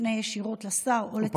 שתפנה ישירות לשר או לצוותו.